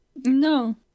No